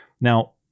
now